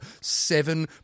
Seven